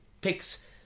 picks